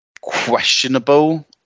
questionable